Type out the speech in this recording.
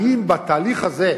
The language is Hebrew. האם בתהליך הזה,